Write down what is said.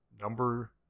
number